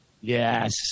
Yes